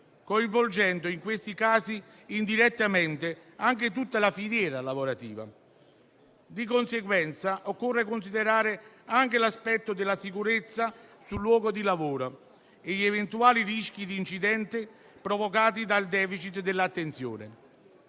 coinvolgendo, in questi casi, indirettamente anche tutta la filiera lavorativa. Di conseguenza, occorre considerare anche l'aspetto della sicurezza sul luogo di lavoro e gli eventuali rischi di incidente provocati dal *deficit* dell'attenzione.